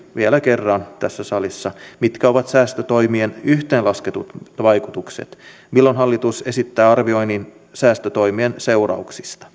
vielä kerran tässä salissa mitkä ovat säästötoimien yhteenlasketut vaikutukset milloin hallitus esittää arvioinnin säästötoimien seurauksista